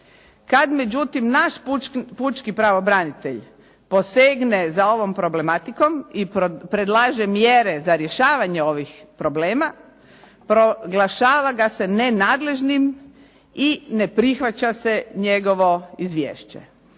Kad međutim na pučki pravobranitelj posegne za ovom problematikom i predlaže mjere za rješavanje ovih problema proglašava ga se nenadležnim i ne prihvaća se njegovo izvješće.